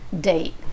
date